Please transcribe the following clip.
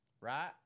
Right